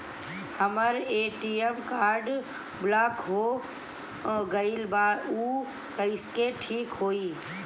हमर ATM card block हो गईल बा ऊ कईसे ठिक होई?